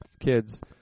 kids